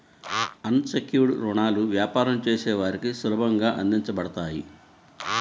అన్ secured రుణాలు వ్యాపారం చేసే వారికి సులభంగా అందించబడతాయి